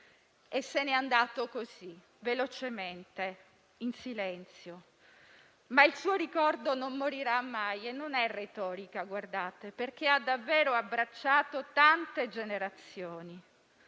e se n'è andato così, velocemente, in silenzio. Ma il suo ricordo non morirà mai e non è retorica, perché ha davvero abbracciato tante generazioni